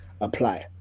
apply